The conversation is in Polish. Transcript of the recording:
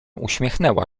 uśmiechnęła